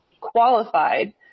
qualified